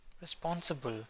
responsible